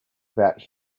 about